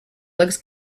looks